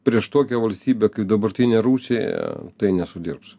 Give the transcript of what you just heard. prieš tokią valstybę kaip dabartinė rusija tai nesudirbs